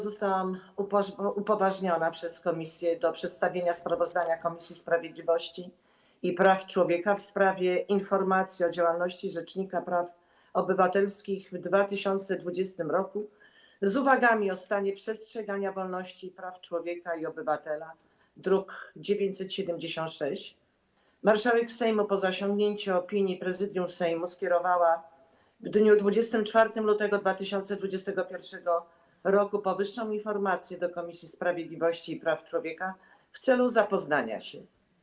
Zostałam upoważniona przez komisję do przedstawienia sprawozdania Komisji Sprawiedliwości i Praw Człowieka w sprawie informacji o działalności rzecznika praw obywatelskich w 2020 r. z uwagami o stanie przestrzegania wolności i praw człowieka i obywatela, druk nr 976. Marszałek Sejmu, po zasięgnięciu opinii Prezydium Sejmu, skierowała w dniu 24 lutego 2021 r. powyższą informację do Komisji Sprawiedliwości i Praw Człowieka w celu zapoznania się.